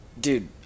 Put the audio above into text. Dude